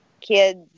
kids